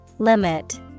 Limit